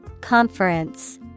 Conference